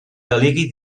delegui